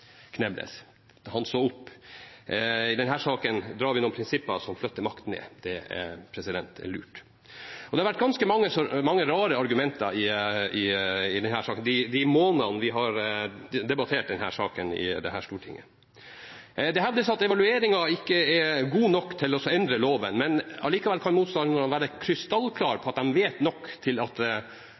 han mente måtte knebles. Han så opp. I denne saken nedfeller vi noen prinsipper som flytter makt nedover. Det er lurt. Det har vært ganske mange rare argumenter i løpet av de månedene vi har debattert denne saken i Stortinget. Det hevdes at evalueringen ikke er god nok til å endre loven, men likevel kan motstanderne våre være krystallklare på at de vet nok til at